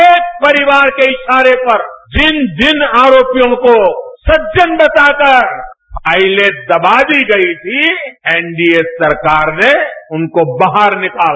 एक परिवार के इशारे पर जिन जिन आरोपियों को सज्जन बता कर फाइलें दबा दी गई थी एनडीए सरकार ने उनको बाहर निकाला